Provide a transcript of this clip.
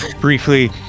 briefly